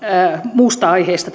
muusta aiheesta